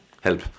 help